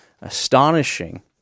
astonishing